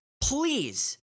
please